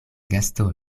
gasto